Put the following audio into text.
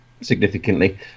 Significantly